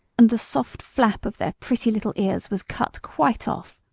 and the soft flap of their pretty little ears was cut quite off.